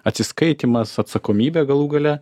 atsiskaitymas atsakomybė galų gale